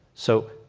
so,